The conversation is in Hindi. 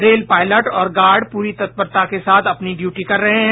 रेल पायलट और गार्ड पूरी तत्परता के साथ अपनी ड्यूटी कर रहे हैं